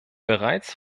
bereits